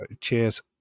Cheers